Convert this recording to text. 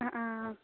অঁ অঁ